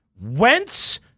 Wentz